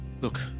Look